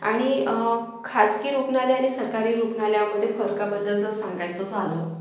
आणि खाजगी रुग्णालय आणि सरकारी रुग्णालयामध्ये फरकाबद्दल जर सांगायचं झालं